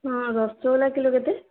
ହଁ ରସଗୋଲା କିଲୋ କେତେ